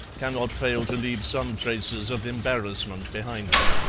cannot fail to leave some traces of embarrassment behind it.